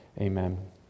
Amen